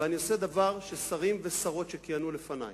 ואני עושה דבר ששרים ושרות שכיהנו לפני,